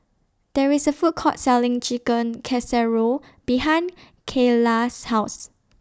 There IS A Food Court Selling Chicken Casserole behind Kaylah's House